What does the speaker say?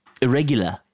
irregular